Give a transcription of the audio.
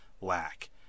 lack